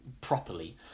properly